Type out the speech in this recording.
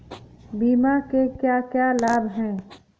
बीमा के क्या क्या लाभ हैं?